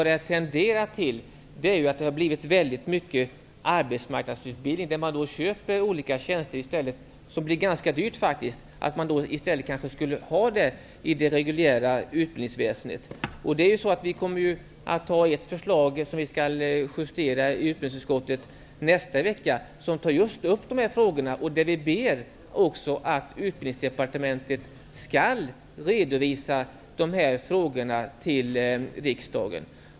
Det tenderar att bli väldigt mycket arbetsmarknadsutbildning där man köper olika tjänster i stället för att driva verksamheten i det reguljära utbildningsväsendet. Det blir ganska dyrt. Utbildningsutskottet kommer att justera ett förslag nästa vecka som just tar upp dessa frågor. Vi ber där att man på Utbildningsdepartementet skall redovisa dessa frågor för riksdagen.